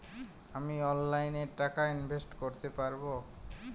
আমি অনলাইনে টাকা ইনভেস্ট করতে পারবো?